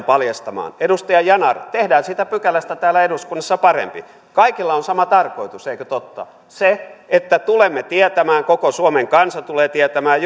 paljastamaan edustaja yanar tehdään siitä pykälästä täällä eduskunnassa parempi kaikilla on sama tarkoitus eikö totta se että tulemme tietämään koko suomen kansa tulee tietämään